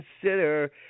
consider